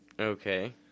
Okay